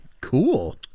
Cool